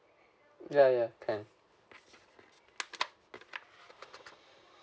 ya ya can